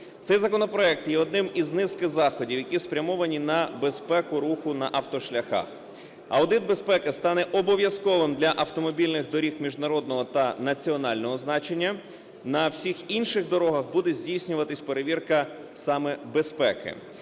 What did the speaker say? Цей законопроект є одним із низки заходів, які спрямовані на безпеку руху на автошляхах. Аудит безпеки стане обов'язковим для автомобільних доріг міжнародного та національного значення, на всіх інших дорогах буде здійснюватися перевірка саме безпеки.